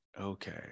Okay